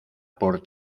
por